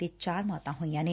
ਅਤੇ ਚਾਰ ਮੌਤਾਂ ਹੋਈਆਂ ਨੇ